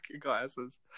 glasses